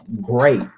great